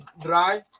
dry